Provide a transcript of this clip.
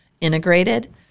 integrated